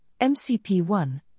MCP1